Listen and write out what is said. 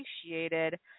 appreciated –